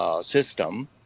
system